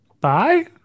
Bye